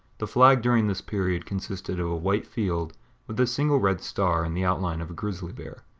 the flag during this period consisted of a white field with a single red star and the outline of a grizzly bear,